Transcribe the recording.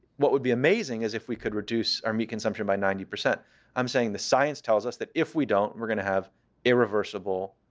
what would be amazing is if we could reduce our meat consumption by ninety. i'm saying the science tells us that if we don't, we're going to have irreversible,